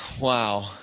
wow